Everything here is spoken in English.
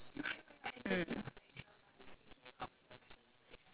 that's true that's true cause you know no matter what it'll take you two hours to come to school